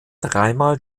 dreimal